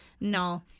No